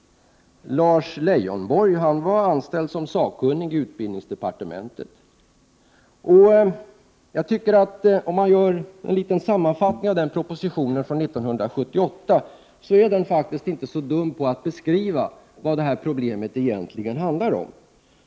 Lars Leijonborg var då anställd som sakkunnig på utbildningsdepartementet. Om man gör en liten sammanfattning av propositionen från 1978 får man faktiskt en ganska bra beskrivning av vad detta problem egentligen handlar om.